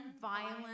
violent